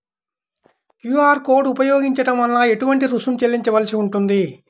QR code ఉపయోగించటం వలన ఏటువంటి రుసుం చెల్లించవలసి ఉంటుంది?